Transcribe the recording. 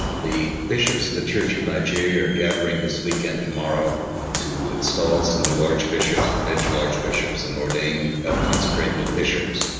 the bishops of the church of nigeria are gathering this weekend tomorrow to install some new archbishop's provincial archbishop's and ordain ah consecrate new bishops.